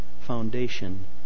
foundation